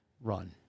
run